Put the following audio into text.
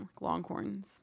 Longhorns